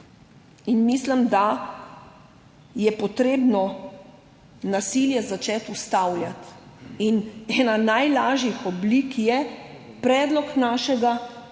Mislim, da je potrebno nasilje začeti ustavljati. In ena najlažjih oblik je predlog našega